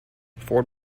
ford